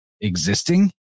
existing